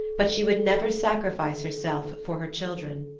but she would never sacrifice herself for her children.